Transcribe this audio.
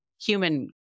human